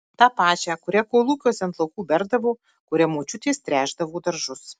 tą pačią kurią kolūkiuose ant laukų berdavo kuria močiutės tręšdavo daržus